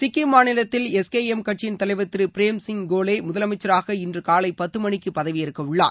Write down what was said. சிக்கிம் மாநிலத்தில் S K M கட்சியின் தலைவர் திரு பிரேம் சிங் கோலே முதலமைச்சராக இன்று காலை பத்து மணிக்கு பதவியேற்கவுள்ளார்